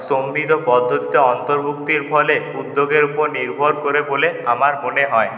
পদ্ধতিতে অন্তর্ভুক্তির ফলে উদ্যোগের উপর নির্ভর করে বলে আমার মনে হয়